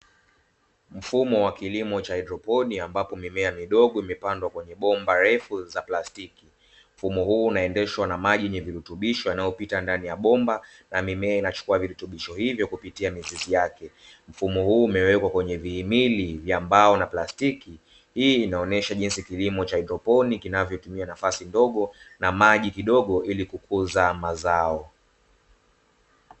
Mfumo wa kilimo cha haidroponi ambapo mimea midogo imepandwa kwenye bomba ndefu za plastiki, mfumo huu unaendeshwa na maji yenye virutubisho yanayopita kwenye bomba na mimea inachukua virutubisho vivyo kupitia mizizi yake, mfumo huu umewekwa kwenye vihimili vya mbao na plastiki hii inaonyesha jinsi kilimo cha haidroponi kinavyotumia nafasi ndogo na maji kidogo ili kukuza mazao.